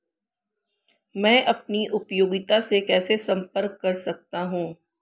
मैं अपनी उपयोगिता से कैसे संपर्क कर सकता हूँ?